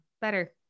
Better